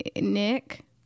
Nick